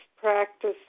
practice